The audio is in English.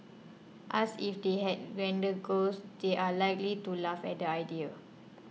asked if they had grander goals they are likely to laugh at the idea